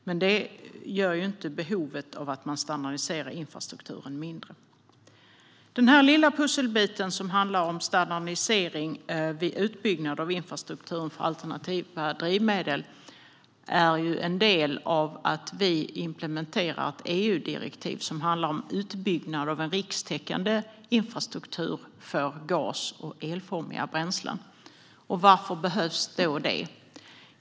Men det gör inte behovet av att standardisera infrastrukturen mindre. Den lilla pusselbit som handlar om standardisering vid utbyggnad av infrastrukturen för alternativa drivmedel är en del av att vi har implementerat ett EU-direktiv om utbyggnad av en rikstäckande infrastruktur för gas och elformiga bränslen. Varför behövs då det?